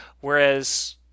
Whereas